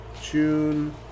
June